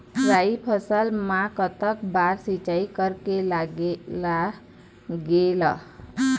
राई फसल मा कतक बार सिचाई करेक लागेल?